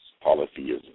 polytheism